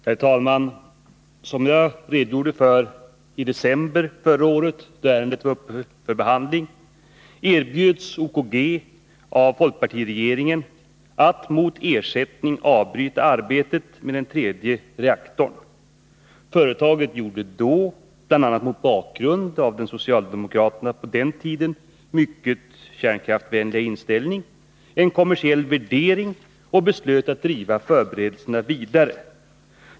Herr talman! Som jag redogjorde för i december förra året, då ärendet var uppe för behandling, erbjöds OKG av folkpartiregeringen att mot ersättning avbryta arbetet med den tredje reaktorn. Företaget gjorde då, bl.a. mot bakgrund av socialdemokraternas på den tiden mycket kärnkraftvänliga inställning, en kommersiell värdering och beslöt att driva förberedelsen vidare.